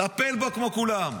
טפל בו כמו כולם.